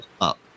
up